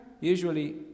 usually